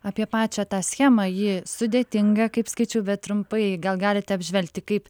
apie pačią tą schemą ji sudėtinga kaip skaičiau bet trumpai gal galite apžvelgti kaip